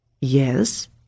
Yes